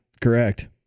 Correct